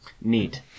Neat